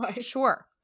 Sure